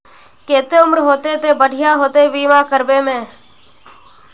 केते उम्र होते ते बढ़िया होते बीमा करबे में?